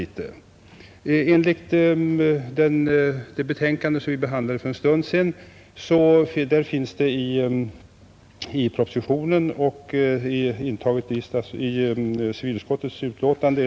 I civilutskottets betänkande nr 8, som vi behandlade för en stund sedan, finns ett schema återgivet från statsverkspropositionen.